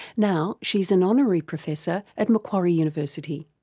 now she's an honorary professor at macquarie university.